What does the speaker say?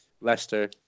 Leicester